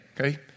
Okay